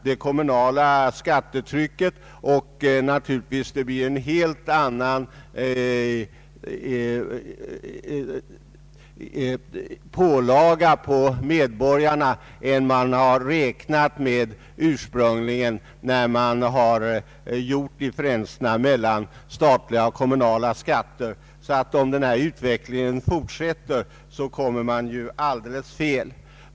Det kommunala skattetrycket påverkas och det blir en helt annan pålaga på medborgarna än vad som ursprungligen antogs när avvägningarna gjordes mellan statliga och kommunala skatter. Om denna utveckling fortsätter blir fördelningen alldeles felaktig.